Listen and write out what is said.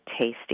tasty